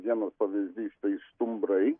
vienas pavyzdys štai stumbrai